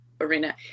arena